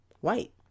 white